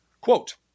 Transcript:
Quote